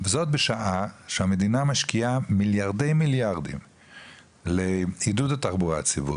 זאת בשעה שהממשלה משקיעה מיליארדי מיליארדים לעידוד התחבורה הציבורית,